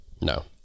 No